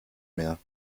mehr